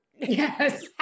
Yes